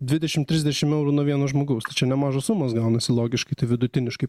dvidešimt trisdešimt eurų nuo vieno žmogaus tai čia nemažos sumos gaunasi logiškai tai vidutiniškai